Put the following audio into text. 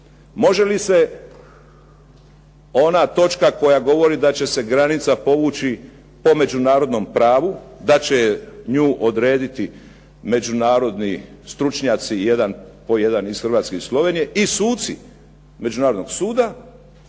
može li se ona točka koja govori da će se granica povući po međunarodnom pravu, da će nju odrediti međunarodni stručnjaci, jedan po jedan iz Hrvatske i Slovenije, i suci Međunarodnog suda,